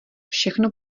všechno